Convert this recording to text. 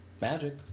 Magic